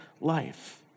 life